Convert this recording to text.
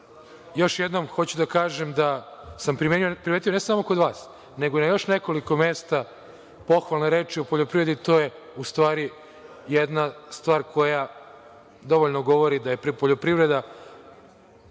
još jednom hoću da kažem da sam primetio, ne samo kod vas, nego na još nekoliko mesta, pohvalne reči o poljoprivredi. To je u stvari jedna stvar koja dovoljno govori da je poljoprivreda